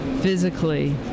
physically